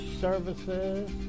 services